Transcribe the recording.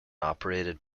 operated